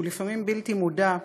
שהוא לפעמים בלתי מודע,